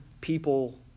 people